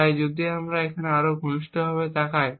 তাই যদি আমরা এখানে আরও ঘনিষ্ঠভাবে তাকাই